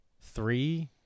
three